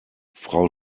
frau